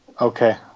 Okay